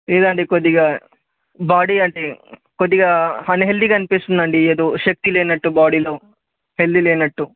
లేదండి కొద్దిగా బాడీ అండి కొద్దిగా అన్హెల్దీగా అనిపిస్తుంది ఏదో శక్తి లేనట్టు బాడీలో హెల్దీ లేన్నట్టు